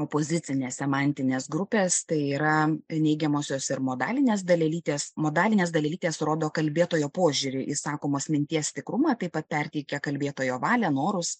opozicinės semantinės grupės tai yra neigiamosios ir modalinės dalelytės modalinės dalelytės rodo kalbėtojo požiūrį į sakomos minties tikrumą taip pat perteikia kalbėtojo valią norus